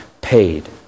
paid